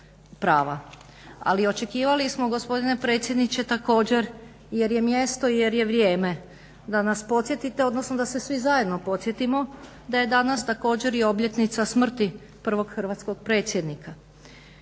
Ali očekivali smo gospodine predsjedniče također jer je mjesto i jer je vrijeme da nas podsjetite, odnosno da se svi zajedno podsjetimo da je danas također i obljetnica smrti prvog hrvatskog predsjednika.